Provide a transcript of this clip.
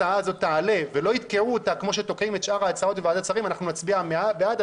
כמו שתוקעים את שאר ההצעות בוועדת שרים אנחנו נצביע בעד.